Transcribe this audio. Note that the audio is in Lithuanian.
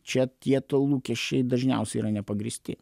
čia tie tu lūkesčiai dažniausia yra nepagrįsti